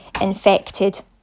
infected